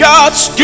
God's